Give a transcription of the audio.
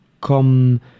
come